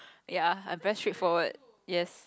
ya I very straight forward yes